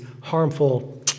harmful